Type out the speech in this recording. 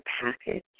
package